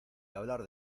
hablar